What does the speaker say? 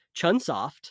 Chunsoft